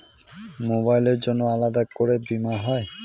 মোবাইলের জন্য আলাদা করে বীমা হয়?